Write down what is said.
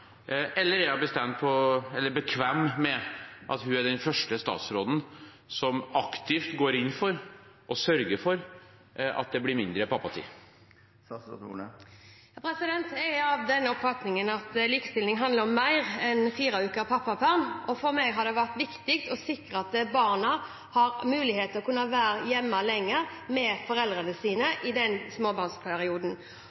eller er hun bekvem med at hun er den første statsråden som aktivt går inn for og sørger for at det blir mindre pappatid? Jeg er av den oppfatning at likestilling handler om mer enn fire uker pappaperm. For meg har det vært viktig å sikre at barna har mulighet til å kunne være hjemme lenger med foreldrene